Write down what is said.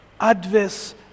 adverse